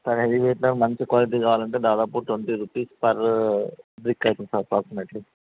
sir హెవీవెయిట్లో మంచి quality కావాలంటే దాదాపు ట్వంటీ రూపీస్ పర్ బ్రిక్ అవుతుంది సార్ అప్రాక్స్మేట్లీ